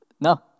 No